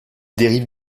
dérive